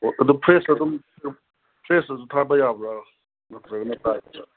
ꯑꯣ ꯑꯗꯨ ꯐ꯭ꯔꯦꯁ ꯑꯣꯏꯕꯒꯨꯝ ꯐ꯭ꯂꯥꯛꯁꯇꯁꯨ ꯊꯥꯕ ꯌꯥꯕ꯭ꯔꯥ ꯅꯠꯇ꯭ꯔꯒꯅ ꯄꯥꯏꯞꯇ